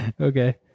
Okay